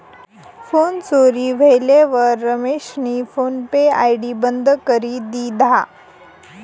phone चोरी व्हयेलवर रमेशनी फोन पे आय.डी बंद करी दिधा